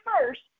first